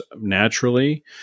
naturally